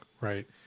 right